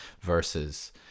versus